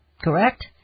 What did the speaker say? Correct